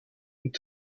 und